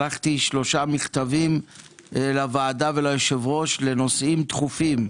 שלחתי שלושה מכתבים לוועדה וליושב-ראש לנושאים דחופים.